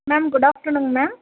ma'am good afternoon ma'am